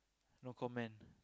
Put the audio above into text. no comments